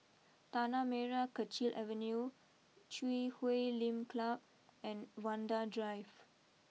Tanah Merah Kechil Avenue Chui Huay Lim Club and Vanda Drive